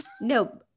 No